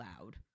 loud